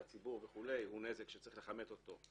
לציבור הוא נזק שצריך לכמת אותו.